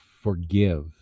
Forgive